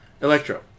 Electro